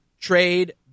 trade